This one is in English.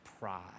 pride